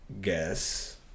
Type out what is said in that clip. Guess